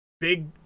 Big